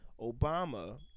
Obama